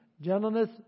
gentleness